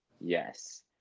Yes